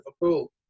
Liverpool